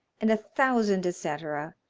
and a thousand et caetera,